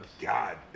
God